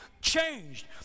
changed